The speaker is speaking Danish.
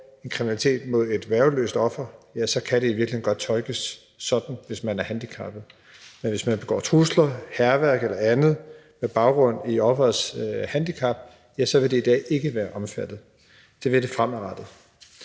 kriminalitet mod et værgeløst offer, så kan det i virkeligheden godt tolkes sådan, at det gælder en, der er handicappet, men hvis man begår hærværk eller kommer med trusler eller andet med baggrund i offerets handicap, så vil det i dag ikke være omfattet. Det vil det være fremadrettet.